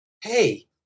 Hey